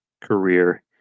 career